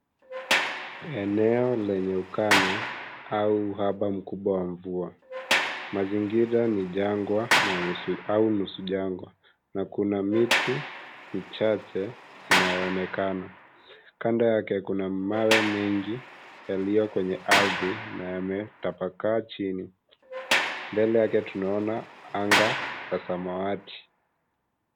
Eneo lenye ukame au uhaba mkubwa wa mvua. Mazingira ni jangwa au nusu jangwa. Kuna miti michache inayoonekana. Kando yake kuna mawe mengi yaliyo kwenye ardhi na yametapakaa chini. Mbele yake tunaona anga la samawati.